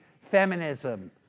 feminism